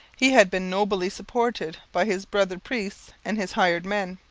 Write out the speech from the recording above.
he had been nobly supported by his brother priests and his hired men.